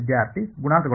ವಿದ್ಯಾರ್ಥಿ ಗುಣಾಂಕಗಳು